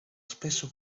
spesso